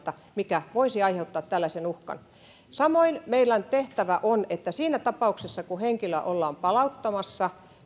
mikä voisi aiheuttaa tällaisen uhkan samoin meidän tehtävämme on että siinä tapauksessa kun henkilöä ollaan palauttamassa